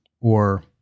or-